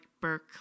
Burke